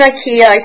Ikea